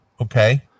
Okay